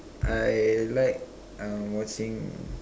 I like uh watching